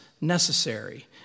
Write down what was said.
necessary